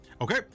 okay